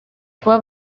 kuba